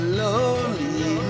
lonely